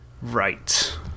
Right